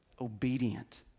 obedient